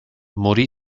morì